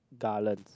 garlands